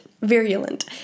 Virulent